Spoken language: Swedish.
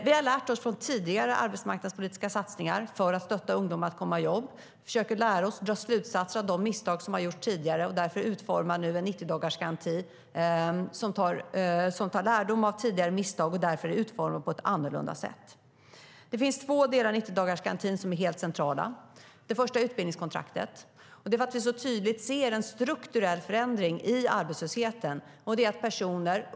Vi har lärt oss av tidigare arbetsmarknadspolitiska satsningar för att stötta ungdomar att komma i jobb. Vi försöker dra slutsatser av de misstag som har gjorts tidigare. Därför utformar vi nu en 90-dagarsgaranti som drar lärdom av tidigare misstag och därför är utformad på ett annorlunda sätt.Två delar i 90-dagarsgarantin är helt centrala. Det första är utbildningskontraktet. Det har att göra med att vi ser en strukturell förändring i ungdomsarbetslösheten.